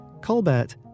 Colbert